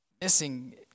Missing